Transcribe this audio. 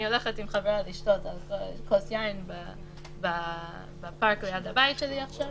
אני הולכת עם חברה לשתות כוס יין בפארק ליד הבית שלי עכשיו